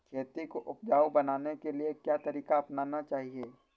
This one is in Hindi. खेती को उपजाऊ बनाने के लिए क्या तरीका अपनाना चाहिए?